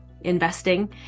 investing